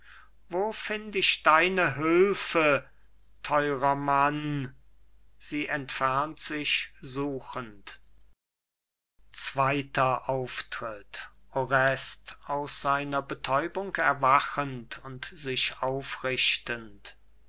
wo find ich deine hülfe theurer mann sie entfernt sich suchend zweiter auftritt orest aus seiner betäubung erwachend und sich aufrichtend